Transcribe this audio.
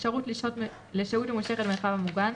האפשרות לשהות ממושכת במרחב המוגן,